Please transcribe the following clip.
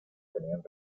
tenían